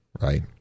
right